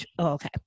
Okay